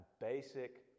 basic